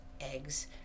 eggs